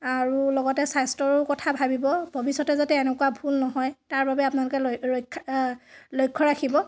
আৰু লগতে স্বাস্থ্যৰো কথা ভাবিব ভৱিষ্যতে যাতে এনেকুৱা ভুল নহয় তাৰ বাবে আপোনালোকে লক্ষ্য ৰাখিব